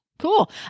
Cool